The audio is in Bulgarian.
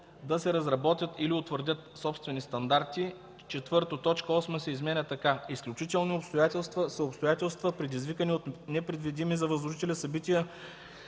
да се разработят или утвърдят собствени стандарти.” 4. Точка 8 се изменя така: „8. „Изключителни обстоятелства” са обстоятелства, предизвикани от непредвидими за възложителя събития,